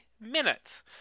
minutes